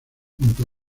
junto